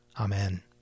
Amen